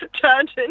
turned